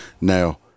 Now